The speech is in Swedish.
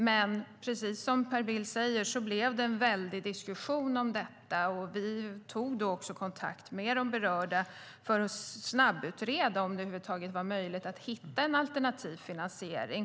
Precis som Per Bill säger blev det en väldig diskussion om detta, och vi tog då kontakt med de berörda för att snabbutreda om det över huvud taget var möjligt att hitta alternativ finansiering.